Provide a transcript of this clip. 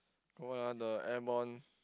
got what ah the airborne